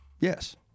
Yes